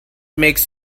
makes